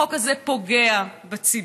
החוק הזה פוגע בציבור.